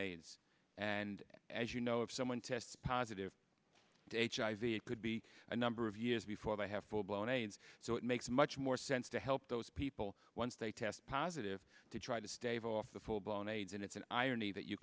aids and as you know if someone tests positive to hiv could be a number of years before they have full blown aids so it makes much more sense to help those people once they test positive to try to stave off the full blown aids and it's an irony that you